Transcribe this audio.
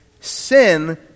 sin